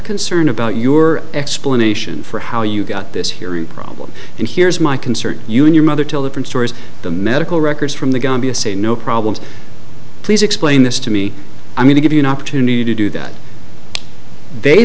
concern about your explanation for how you got this hearing problem and here's my concern you and your mother tell the stories the medical records from the gambia say no problems please explain this to me i'm going to give you an opportunity to do that